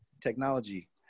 technology